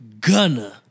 Gunner